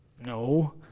no